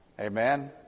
amen